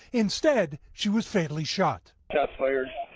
instead she was fatally shot. shots fired.